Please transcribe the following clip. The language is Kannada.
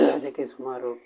ಅದಕ್ಕೆ ಸುಮಾರು